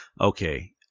Okay